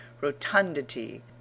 rotundity